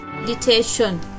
Meditation